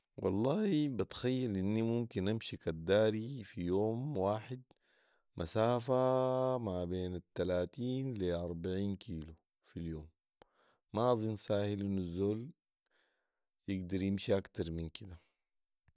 والله بتخيل اني ممكن امشي كداري في يوم واحد مسافه مابين التلاتين لي اربعين كيلو في اليوم. ما ظن ساهل انه الزول يقدر يمشي اكتر من كده